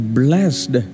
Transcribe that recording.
blessed